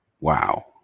Wow